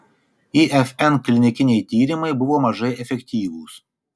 ifn klinikiniai tyrimai buvo mažai efektyvūs